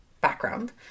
background